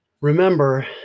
Remember